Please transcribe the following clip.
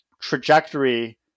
trajectory